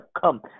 come